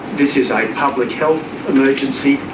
this is a public health emergency,